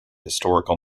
historical